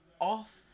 Off